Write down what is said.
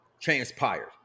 transpired